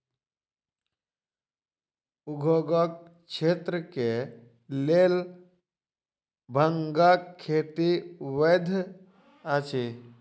उद्योगक क्षेत्र के लेल भांगक खेती वैध अछि